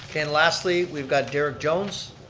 and lastly, we've got derek jones.